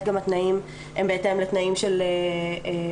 גם התנאים הם בהתאם לתנאים של מופרטים,